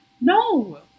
No